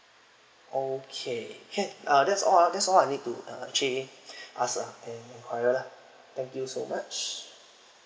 okay can uh that's all ah that's all I need to uh actually ask ah and enquire lah thank you so much